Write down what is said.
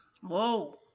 Whoa